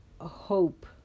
hope